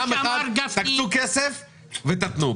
פעם אחת: תקצו כסף ותתנו.